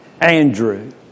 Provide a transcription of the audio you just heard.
Andrew